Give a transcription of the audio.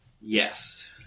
Yes